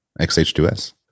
XH2S